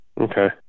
Okay